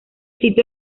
sitio